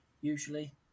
usually